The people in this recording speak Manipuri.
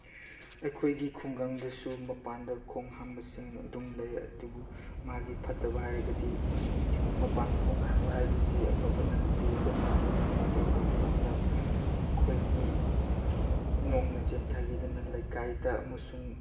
ꯑꯩꯈꯣꯏꯒꯤ ꯈꯨꯡꯒꯪꯗꯁꯨ ꯃꯄꯥꯟꯗ ꯈꯣꯡ ꯍꯥꯝꯕꯁꯤꯡ ꯑꯗꯨꯝ ꯂꯩ ꯑꯗꯨꯕꯨ ꯃꯥꯒꯤ ꯐꯠꯇꯕ ꯍꯥꯏꯔꯒꯗꯤ ꯃꯄꯥꯟꯗ ꯈꯣꯡ ꯍꯥꯝꯕ ꯍꯥꯏꯕꯁꯦ ꯑꯐꯕ ꯅꯠꯇꯦ ꯑꯩꯈꯣꯏ ꯅꯣꯡꯖꯨ ꯅꯨꯡꯁꯥ ꯇꯧꯔꯛꯄ ꯃꯇꯝꯗ ꯑꯩꯈꯣꯏꯒꯤ ꯅꯣꯡꯅ ꯆꯦꯟꯊꯒꯤꯗꯅ ꯂꯩꯀꯥꯏꯗ ꯑꯃꯁꯨꯡ